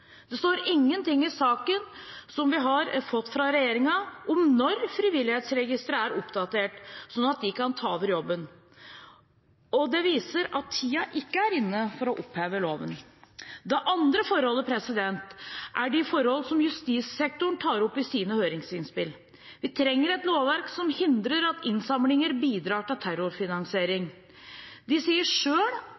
Det står ingenting i saken som vi har fått fra regjeringen, om når Frivillighetsregisteret er oppgradert, sånn at de kan ta over jobben. Det viser at tiden ikke er inne for å oppheve loven. Det andre er de forhold som justissektoren tar opp i sine høringsinnspill. Vi trenger et lovverk som hindrer at innsamlinger bidrar til terrorfinansiering. De sier